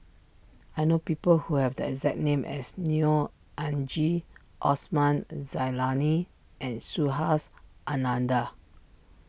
I know people who have the exact name as Neo Anngee Osman Zailani and Subhas Anandan